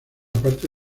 parte